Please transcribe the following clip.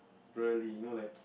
really you know like